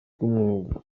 bw’umwuga